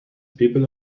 people